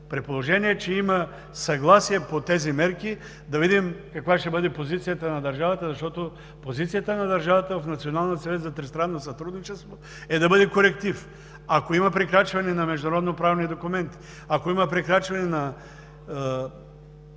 при положение че има съгласие по тях – да видим каква ще бъде позицията на държавата. Позицията на държавата в Националния съвет за тристранно сътрудничество е да бъде коректив. Ако има прекрачване на международноправни документи, ако има прекрачване на